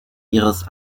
ihres